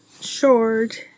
short